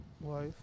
wife